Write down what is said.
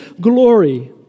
glory